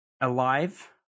alive